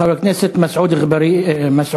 חבר הכנסת מסעוד גנאים.